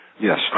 Yes